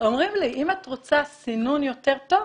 אומרים לי: אם את רוצה סינון יותר טוב,